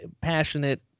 passionate